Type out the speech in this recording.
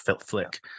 flick